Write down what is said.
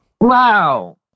Wow